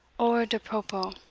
hors de propos.